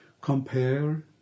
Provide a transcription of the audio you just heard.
compare